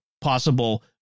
possible